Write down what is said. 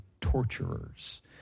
torturers